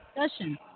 discussion